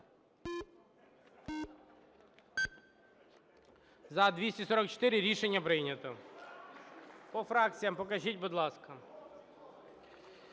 За-244 Рішення прийнято. По фракціях покажіть, будь ласка.